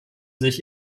sich